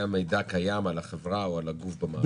מידע קיים על החברה או על הגוף במערכת.